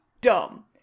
dumb